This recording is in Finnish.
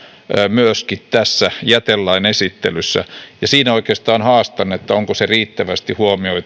myöskin tässä jätelain esittelyssä ja siinä oikeastaan haastan että onko se riittävästi huomioitu että jäte ei enää